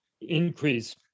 increase